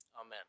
Amen